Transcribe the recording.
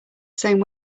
same